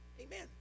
Amen